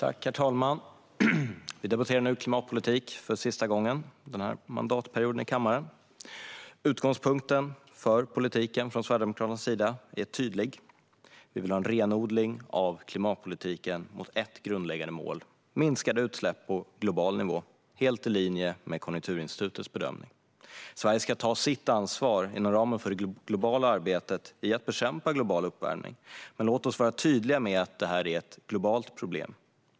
Herr talman! Vi debatterar nu klimatpolitik i kammaren för sista gången under denna mandatperiod. Utgångspunkten för politiken från Sverigedemokraternas sida är tydlig. Vi vill ha en renodling av klimatpolitiken mot ett grundläggande mål: minskade utsläpp på global nivå. Detta är helt i linje med Konjunkturinstitutets bedömning. Sverige ska ta sitt ansvar inom ramen för det globala arbetet med att bekämpa global uppvärmning. Men låt oss vara tydliga med att detta är ett globalt problem.